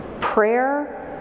prayer